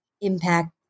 impact